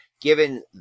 given